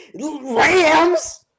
Rams